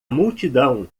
multidão